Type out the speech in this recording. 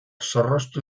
zorroztu